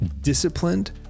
disciplined